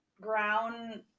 ground